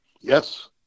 yes